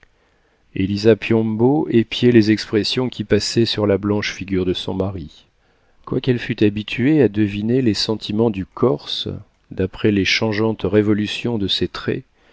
élisa piombo épiait les expressions qui passaient sur la blanche figure de son mari quoiqu'elle fût habituée à deviner les sentiments du corse d'après les changeantes révolutions de ses traits